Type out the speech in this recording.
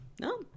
No